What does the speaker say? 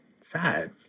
sad